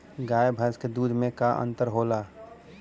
गाय भैंस के दूध में का अन्तर होला?